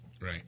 Right